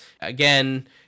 Again